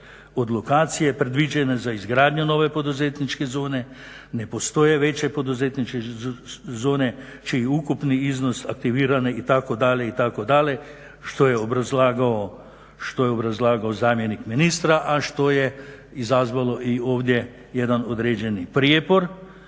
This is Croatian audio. od lokacije predviđene za izgradnju nove poduzetničke zone ne postoje veće poduzetničke zone čiji ukupni iznos aktiviran itd., itd. što je obrazlagao zamjenik ministra, a što je izazvalo ovdje jedan određeni prijepor.